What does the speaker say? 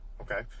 Okay